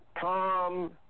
Tom